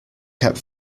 kept